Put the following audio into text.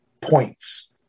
points